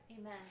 Amen